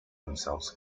themselves